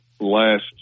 last